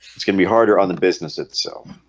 it's gonna be harder on the business itself